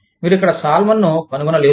మీరు ఇక్కడ సాల్మన్ను కనుగొనలేరు